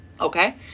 okay